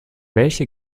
welche